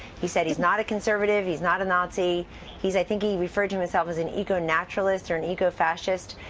he said he's not a conservative. he's not a nazi he's i think he referred to myself as an eco naturalist or an eco fascist,